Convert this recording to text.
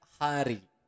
hari